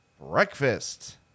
breakfast